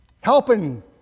helping